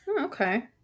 Okay